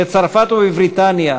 בצרפת ובבריטניה,